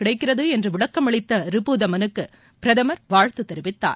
கிடைக்கிறது என்று விளக்கம் அளித்த ரிபுதமனுக்கு பிரதமர் வாழ்த்து தெரிவித்தார்